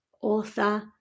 author